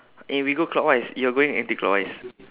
eh we go clockwise you're going anticlockwise